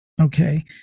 okay